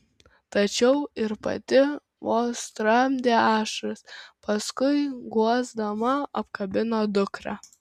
tačiau ir pati vos tramdė ašaras paskui guosdama apkabino dukrą